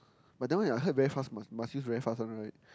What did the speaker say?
but that one I heard very fast must must use very fast one right